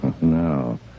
No